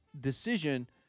decision